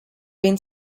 been